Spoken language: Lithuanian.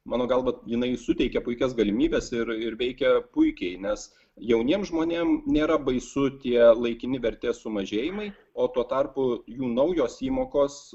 mano galva jinai suteikia puikias galimybes ir ir veikia puikiai nes jauniem žmonėm nėra baisu tie laikini vertės sumažėjimai o tuo tarpu jų naujos įmokos